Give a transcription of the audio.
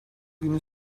günü